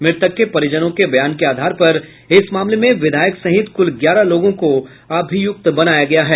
मृतक के परिजनों के बयान के आधार पर इस मामले में विधायक सहित कुल ग्यारह लोगों को अभियुक्त बनाया गया है